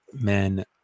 men